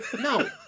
no